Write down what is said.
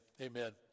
Amen